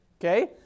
Okay